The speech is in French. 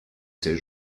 ses